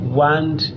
want